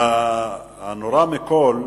הנורא מכול,